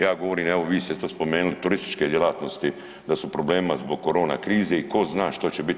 Ja govorim evo vi ste sada spomenuli turističke djelatnosti da su u problemima zbog korona krize i ko zna što će biti.